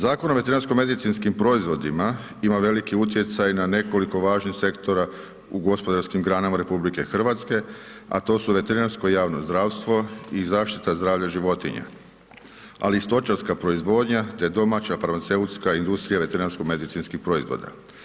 Zakonom o veterinarsko-medicinskim proizvodima ima veliki utjecaj na nekoliko važnih sektora u gospodarskim granama RH, a to su veterinarsko javno zdravstvo i zaštita zdravlja životinja, ali i stočarska proizvodnja te domaća farmaceutska industrija veterinarsko-medicinskih proizvoda.